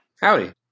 Howdy